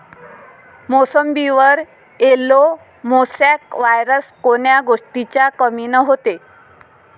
मोसंबीवर yellow mosaic virus कोन्या गोष्टीच्या कमीनं होते?